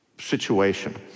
situation